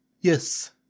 yes